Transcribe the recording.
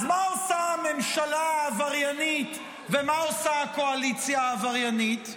אז מה עושה הממשלה העבריינית ומה עושה הקואליציה העבריינית?